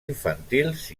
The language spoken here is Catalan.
infantils